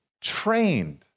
trained